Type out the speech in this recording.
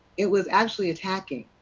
it was actually attacking.